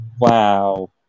Wow